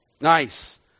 nice